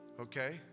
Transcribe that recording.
Okay